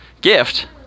gift